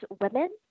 women